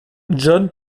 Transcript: john